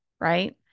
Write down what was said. right